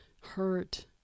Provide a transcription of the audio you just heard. hurt